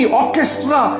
orchestra